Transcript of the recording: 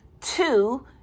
two